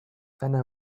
أنا